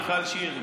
מיכל שיר,